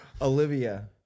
Olivia